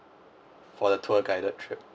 for the tour guided trip